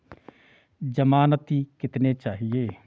ज़मानती कितने चाहिये?